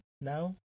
now